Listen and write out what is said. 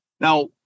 Now